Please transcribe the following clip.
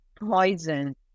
poison